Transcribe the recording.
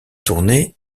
tournée